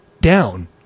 down